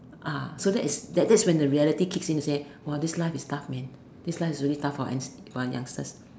so that is that that when the reality kicks in this life is tough man this life is tough for youngsters